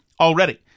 already